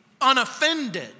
unoffended